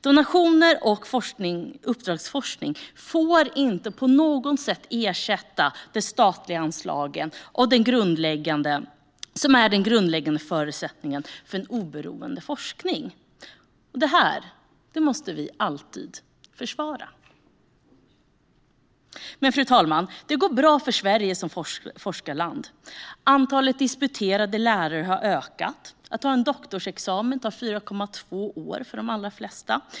Donationer och uppdragsforskning får inte på något sätt ersätta de statliga anslagen, som är den grundläggande förutsättningen för en oberoende forskning. Det här måste vi alltid försvara. Fru talman! Det går bra för Sverige som forskarland. Antalet disputerade lärare har ökat. Att ta en doktorsexamen tar 4,2 år för de allra flesta.